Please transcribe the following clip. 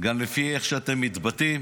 גם לפי איך שאתם מתבטאים